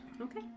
Okay